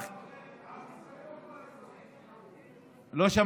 כבוד השר, אנחנו חלק מעם ישראל ומכל הדברים שקרו?